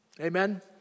Amen